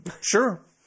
Sure